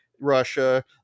Russia